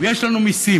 ויש לנו מיסים.